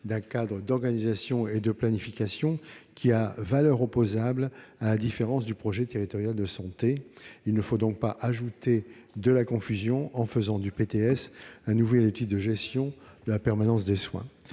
d'un cadre d'organisation et de planification qui a valeur opposable, à la différence du projet territorial de santé. Il ne faut pas ajouter à la confusion en faisant du PTS un nouvel outil de gestion de la permanence des soins.